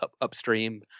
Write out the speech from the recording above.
upstream